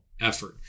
effort